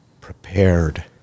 prepared